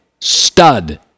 stud